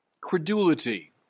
credulity